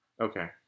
okay